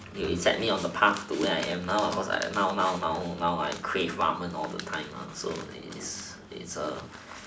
you set me on the pathway and now I cause I now now now now I crave ramen all the time lah so it's ah